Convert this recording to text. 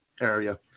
area